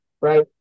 right